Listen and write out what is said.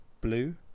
blue